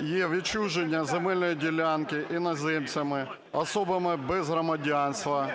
невідчуження земельної ділянки іноземцями, особами без громадянства,